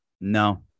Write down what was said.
No